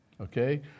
okay